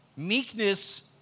Meekness